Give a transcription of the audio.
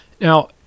Now